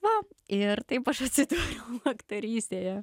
va ir taip aš atsidūriau aktorystėje